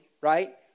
right